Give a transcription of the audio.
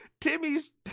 Timmy's